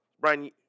Brian